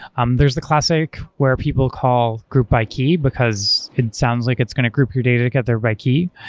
um there's the classic where people call group by key, because it sounds like it's going to group your data to get the right key.